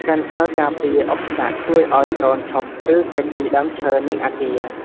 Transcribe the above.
សេនស័រការពារឧបសគ្គ ជួយឱ្យដ្រូនឈប់ ឬគេចពីដើមឈើ និងអាគារ។